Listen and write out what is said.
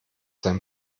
sein